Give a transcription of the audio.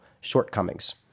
shortcomings